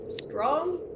strong